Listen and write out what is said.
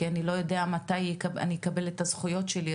כי אני לא יודע מתי אני אקבל את הזכויות שלי.